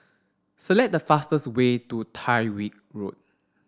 select the fastest way to Tyrwhitt Road